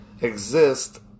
exist